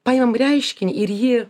paimam reiškinį ir jį